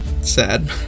sad